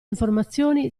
informazioni